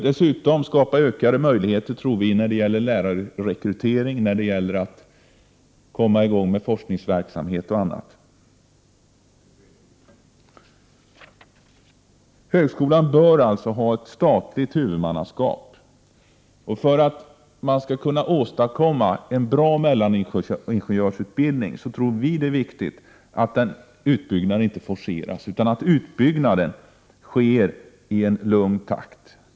Dessutom tror vi att det skulle bli bättre möjligheter när det gäller lärarrekrytering, forskningsverksamhet och annat. Högskolan bör alltså ha ett statligt huvudmannaskap. För att man skall kunna åstadkomma en bra mellaningenjörsutbildning är det enligt vår åsikt viktigt att en utbyggnad inte forceras utan att utbyggnaden sker i lugn takt.